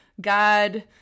God